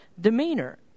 demeanor